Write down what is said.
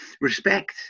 respect